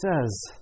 says